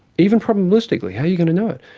even probabilistically, how you're going to know it?